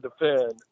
defend